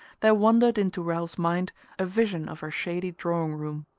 there wandered into ralph's mind a vision of her shady drawing-room.